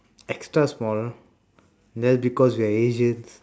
extra small that's because we are asians